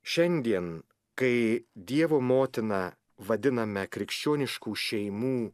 šiandien kai dievo motiną vadiname krikščioniškų šeimų